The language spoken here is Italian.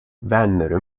vennero